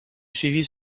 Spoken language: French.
suivis